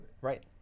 Right